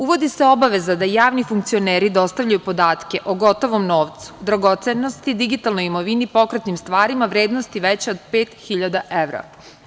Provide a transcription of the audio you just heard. Uvodi se obaveza da javni funkcioneri dostavljaju podatke o gotovom novcu, dragocenosti, digitalnoj imovini, pokretnim stvarima vrednosti veće od 5.000 evra.